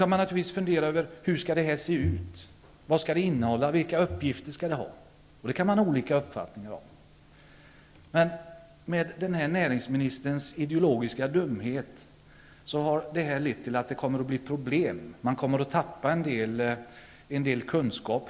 Man kan naturligtvis fundera över hur det skall se ut, vad det skall innehålla och vilka uppgifter det skall ha. Det kan man ha olika uppfattningar om. Men med näringsmininisterns ideologiska dumhet har det här lett till att det kommer att bli problem. Man kommer att tappa en del kunskap.